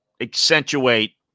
accentuate